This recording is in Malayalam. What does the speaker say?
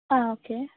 ആ ഓക്കെ